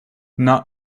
not